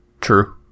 True